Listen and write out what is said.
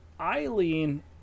Eileen